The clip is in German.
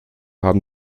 haben